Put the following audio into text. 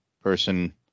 person